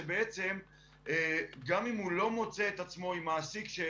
שגם אם הוא לא מוצא את עצמו עם מעסיק שהוא